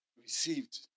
received